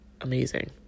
amazing